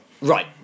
Right